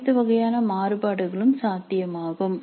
அனைத்து வகையான மாறுபாடுகளும் சாத்தியமாகும்